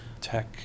tech